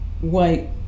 white